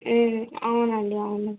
అవునండి అవును